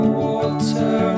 water